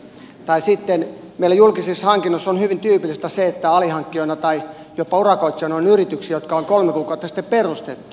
ja sitten meillä julkisissa hankinnoissa on hyvin tyypillistä se että alihankkijoina tai jopa urakoitsijoina on yrityksiä jotka on kolme kuukautta sitten perustettu